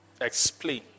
explain